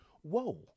Whoa